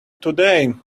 today